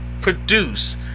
produce